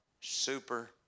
super